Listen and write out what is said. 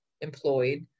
employed